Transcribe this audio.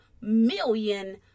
million